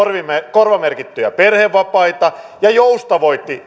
korvamerkittyjä perhevapaita ja joustavoitti